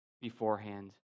beforehand